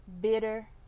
bitter